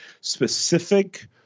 specific